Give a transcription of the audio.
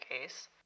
case